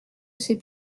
ces